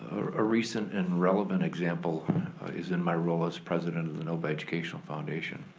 a recent and relevant example is in my role as president of the novi educational foundation.